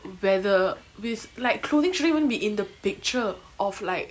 whether with like clothing shouldn't even be in the picture of like